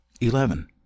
eleven